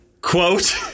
Quote